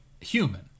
human